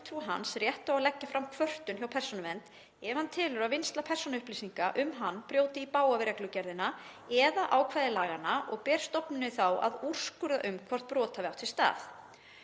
hans rétt á að leggja fram kvörtun hjá Persónuvernd ef hann telur að vinnsla persónuupplýsinga um hann brjóti í bága við reglugerðina eða ákvæði laganna og ber stofnuninni þá að úrskurða um hvort brot hafi átt sér stað.